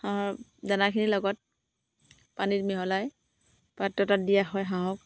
হাঁহৰ দানাখিনিৰ লগত পানীত মিহলাই পাত্ৰ এটাত দিয়া হয় হাঁহক